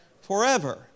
Forever